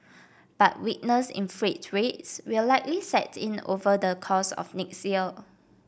but weakness in freight rates will likely set in over the course of next year